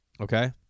okay